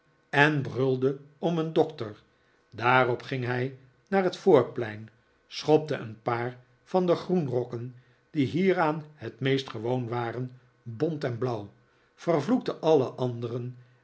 en brulde om een dokter daarop ging hij naar het voorplein schopte een paar van de groenrokken die hieraan het meest gewoon waren bont en blauw vervloekte alle anderen